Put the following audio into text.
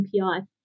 MPI